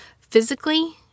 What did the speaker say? physically